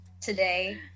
today